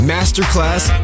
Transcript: Masterclass